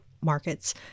markets